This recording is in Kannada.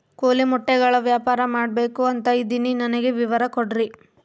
ಕೋಳಿ ಮೊಟ್ಟೆಗಳ ವ್ಯಾಪಾರ ಮಾಡ್ಬೇಕು ಅಂತ ಇದಿನಿ ನನಗೆ ವಿವರ ಕೊಡ್ರಿ?